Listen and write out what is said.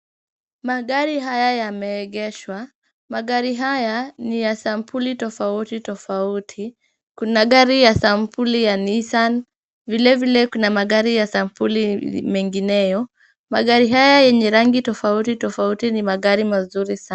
Magari haya yameegeshwa. Magari haya ni ya sampuli tofauti tofauti. Kuna gari ya sampuli ya Nissan, vilevile kuna magari ya sampuli mengineyo. Magari haya yenye rangi tofauti tofauti ni magari mazuri sana.